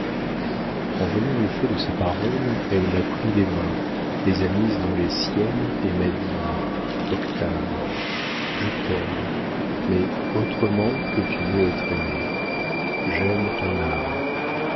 en voyant l'effet de ses paroles elle m'a pris les mains les a mises dans les siennes et m'a dit octave je t'aime mais autrement que tu veux être aimé j'aime ton âme